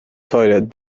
toilet